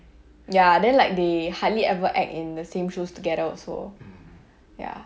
ya then like they hardly ever act in the same shows together also ya